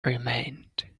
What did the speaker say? remained